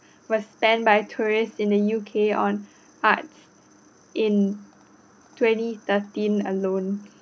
were spent by tourists in the U_K on arts in twenty thirteen alone